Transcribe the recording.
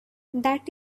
that